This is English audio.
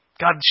God